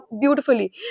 beautifully